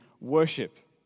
worship